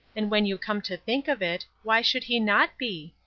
and when you come to think of it, why should he not be?